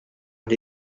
and